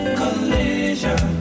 collision